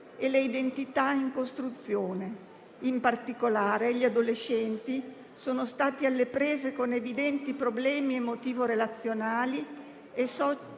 e le identità in costruzione. In particolare, gli adolescenti sono stati alle prese con evidenti problemi emotivo-relazionali e sociali